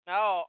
Now